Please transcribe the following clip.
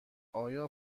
آیا